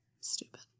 Stupid